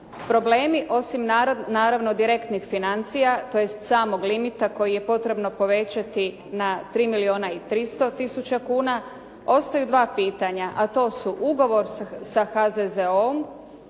Problemi osim naravno direktnih financija tj. samog limita koji je potrebno povećati na 3 milijuna i 300 tisuća kuna ostaju dva pitanja a to su ugovor sa HZZO-om